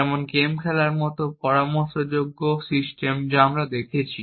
যেমন গেম খেলার মতো পরামর্শযোগ্য সিস্টেম যা আমরা দেখেছি